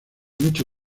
mucho